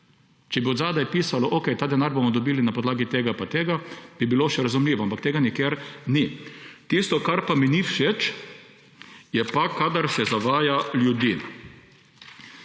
Če bi zadaj pisalo, okej, ta denar bomo dobili na podlagi tega in tega, bi bilo še razumljivo, ampak tega nikjer ni. Tisto, kar pa mi ni všeč, je pa, kadar se zavaja ljudi.